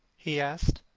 he asked.